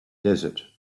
desert